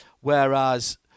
Whereas